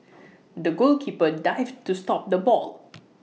the goalkeeper dived to stop the ball